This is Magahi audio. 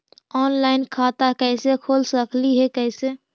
ऑनलाइन खाता कैसे खोल सकली हे कैसे?